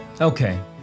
Okay